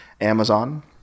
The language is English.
Amazon